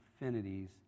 affinities